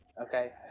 Okay